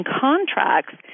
contracts